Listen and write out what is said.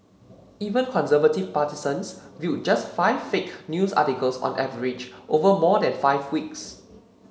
even conservative partisans viewed just five fake news articles on average over more than five weeks